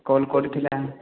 call କରିଥିଲେ